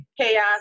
chaos